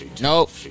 Nope